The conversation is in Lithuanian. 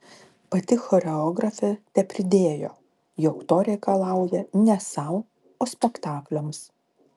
pati choreografė tepridėjo jog to reikalauja ne sau o spektakliams